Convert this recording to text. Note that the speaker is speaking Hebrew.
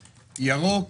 ירוק,